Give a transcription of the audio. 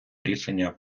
рішення